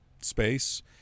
space